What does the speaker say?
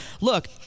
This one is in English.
look